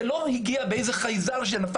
זה לא הגיע על ידי חייזר מהשמיים.